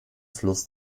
fluss